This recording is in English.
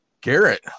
Garrett